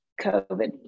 COVID